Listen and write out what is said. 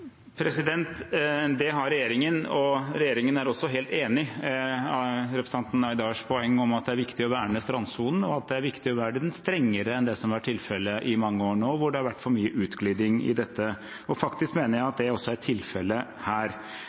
Det har regjeringen. Regjeringen er også helt enig i representanten Aydars poeng om at det er viktig å verne strandsonen, og at det er viktig å verne den strengere enn det som har vært tilfellet i mange år nå, hvor det har vært for mye utglidning – og faktisk mener jeg at det også er tilfellet her.